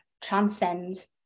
transcend